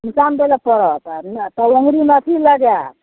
निशान दैलऽ पड़त आर तब अँगुरीमे अथी लगाओत